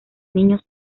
niños